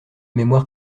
mémoire